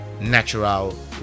natural